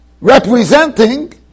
representing